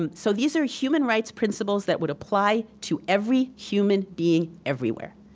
um so these are human rights principles that would apply to every human being everywhere.